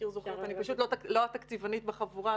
אני פשוט לא התקציבנית בחבורה,